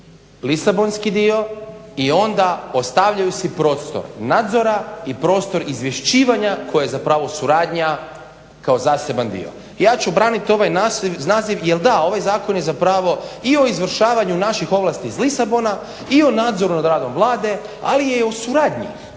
lisabonski dio i onda ostavljaju si prostor nadzora i prostor izvješćivanja koja je zapravo suradnja kao zaseban dio. Ja ću braniti ovaj naziv jer da, ovaj Zakon je zapravo i o izvršavanju naših ovlasti iz Lisabona i o nadzoru nad radom Vlade ali je i o suradnji.